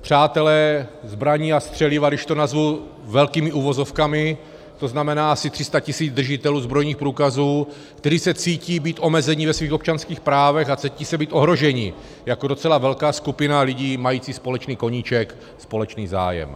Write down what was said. přátelé zbraní a střeliva, když to nazvu s velkými uvozovkami, tzn. asi 300 tisíc držitelů zbrojních průkazů, kteří se cítí být omezeni ve svých občanských právech a cítí se být ohroženi jako docela velká skupina lidí mající společný koníček, společný zájem.